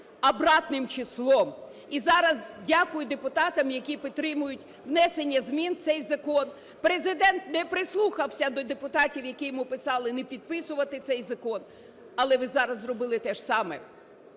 обратным числом. І зараз дякую депутатам, які підтримують внесення змін в цей закон. Президент не прислухався до депутатів, які йому писали не підписувати цей закон. Але ви зараз зробили те ж саме.